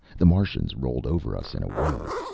the martians rolled over us in a wave.